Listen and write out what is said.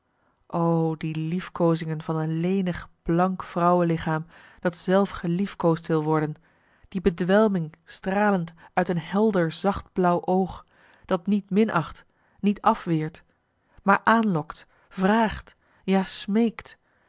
die liefkoozingen van een lenig blank vrouwelichaam dat zelf geliefkoosd wil worden die bedwelming stralend uit een helder zacht blauw oog dat niet minacht niet afweert maar aanlokt vraagt ja smeekt